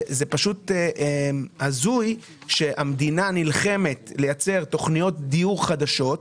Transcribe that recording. זה פשוט הזוי שהמדינה נלחמת לייצר תכניות דיור חדשות,